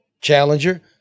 challenger